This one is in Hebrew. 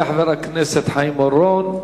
יעלה חבר הכנסת חיים אורון.